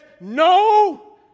no